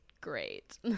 great